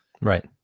Right